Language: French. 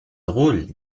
drôle